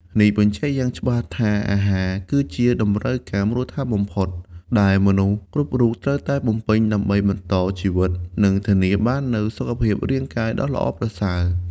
នេះបញ្ជាក់យ៉ាងច្បាស់ថាអាហារគឺជា តម្រូវការមូលដ្ឋានបំផុត ដែលមនុស្សគ្រប់រូបត្រូវតែបំពេញដើម្បីបន្តជីវិត និងធានាបាននូវសុខភាពរាងកាយដ៏ល្អប្រសើរ។